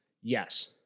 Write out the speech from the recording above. yes